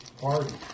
Party